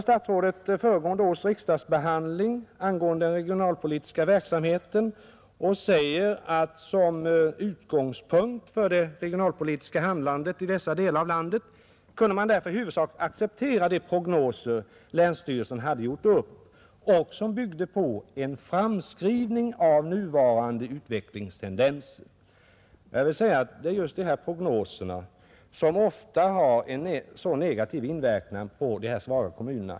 Statsrådet åberopar föregående års riksdagsbehandling angående den regionalpolitiska verksamheten och säger: ”Som utgångspunkt för det regionalpolitiska handlandet i dessa delar av landet kunde man därför i huvudsak acceptera de prognoser som länsstyrelserna hade gjort och som byggde på en framskrivning av de nuvarande utvecklingstendenserna.” Jag vill säga att det är just dessa prognoser som ofta har en negativ inverkan på dessa svaga kommuner.